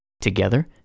Together